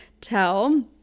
tell